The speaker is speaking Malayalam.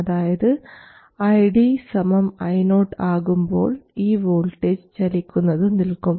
അതായത് ID സമം Io ആകുമ്പോൾ ഈ വോൾട്ടേജ് ചലിക്കുന്നത് നിൽക്കും